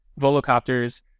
volocopters